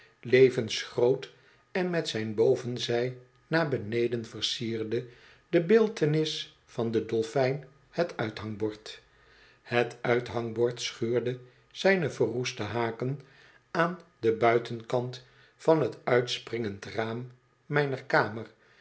levensgroot en met zijn bovenzij naar beneden versierde de beeltenis van den dolfijn het uithangbord het uithangbord schuurde zijne verroeste haken aan den buitenkant van tuitspringend raam mijner kamelen